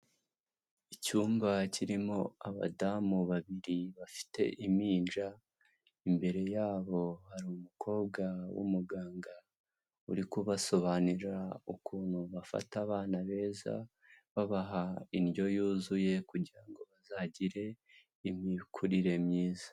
Icyumba kirimo abadamu babiri bafite impinja, imbere yabo hari umukobwa w'umuganga uri kubasobanurira ukuntu bafata abana beza, babaha indyo yuzuye kugira ngo bazagire imikurire myiza.